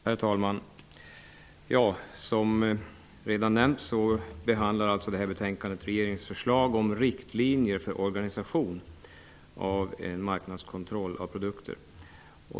Herr talman! Som redan nämnts behandlar det här betänkandet regeringsförslag om riktlinjer för organisation av en marknadskontroll av produkter.